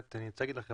אני רוצה לומר לכם